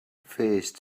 first